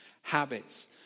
Habits